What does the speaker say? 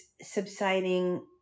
subsiding